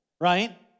right